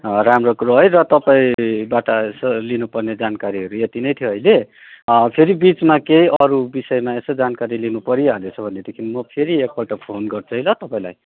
राम्रो कुरो है र तपाईँबाट यसो लिनुपर्ने जानकारीहरू यत्ति नै थियो अहिले फेरि बिचमा केही अरू विषयमा यसो जानकारी लिनु परिहालेछ भनेदेखि म फेरि एकपल्ट फोन गर्छु है ल तपाईँलाई